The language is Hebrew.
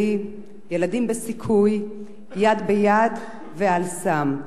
אל"י, "ילדים בסיכוי", "יד ביד" ו"אל-סם".